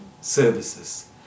services